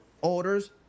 orders